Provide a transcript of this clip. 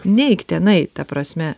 neik tenai ta prasme